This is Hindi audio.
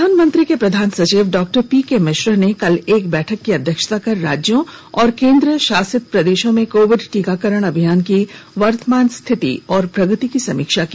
प्रधानमंत्री के प्रधान सचिव डॉ पी के मिश्र ने कल एक बैठक की अध्यक्षता कर राज्यों और केन्द्रशासित प्रदेशों में कोविड टीकाकरण अभियान की वर्तमान स्थिति और प्रगति की समीक्षा की